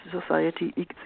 society